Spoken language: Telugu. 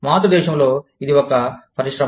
మాతృదేశంలో ఇది ఒక పరిశ్రమ